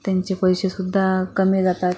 त्यांचे पैसेसुद्धा कमी जातात